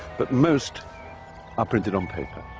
but most are printed on paper.